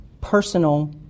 personal